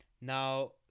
Now